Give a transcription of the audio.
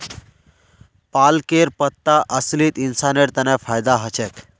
पालकेर पत्ता असलित इंसानेर तन फायदा ह छेक